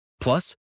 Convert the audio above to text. Plus